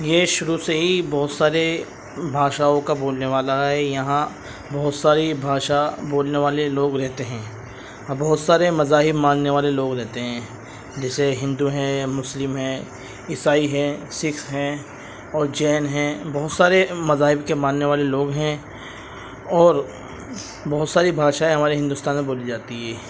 یہ شروع سے ہی بہت سارے بھاشاؤں کا بولنے والا ہے یہاں بہت ساری بھاشا بولنے والے لوگ رہتے ہیں بہت سارے مذاہب ماننے والے لوگ رہتے ہیں جیسے ہندو ہیں مسلم ہیں عیسائی ہیں سکھ ہیں اور جین ہیں بہت سارے مذاہب کے ماننے والے لوگ ہیں اور بہت ساری بھاشائیں ہمارے ہندوستان میں بولی جاتی ہے